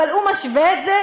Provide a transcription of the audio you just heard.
אבל הוא משווה את זה.